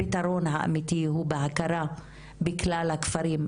הפתרון האמיתי הוא בהכרה בכלל הכפרים,